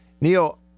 Neil